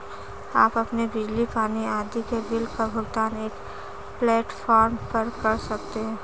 आप अपने बिजली, पानी आदि के बिल का भुगतान एक प्लेटफॉर्म पर कर सकते हैं